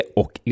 och